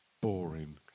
boring